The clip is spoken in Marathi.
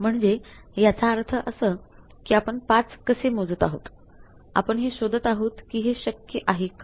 म्हणजे याचा अर्थ असं कि आपण ५ कसे मोजत आहोत आपण हे शोधत आहोत कि हे शक्य आहे का